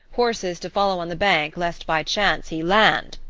horses to follow on the bank lest by chance he land,